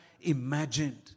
imagined